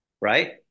Right